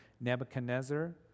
Nebuchadnezzar